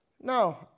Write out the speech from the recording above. no